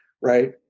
right